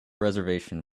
reservation